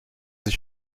sich